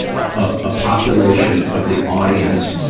a population of the audience,